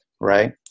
right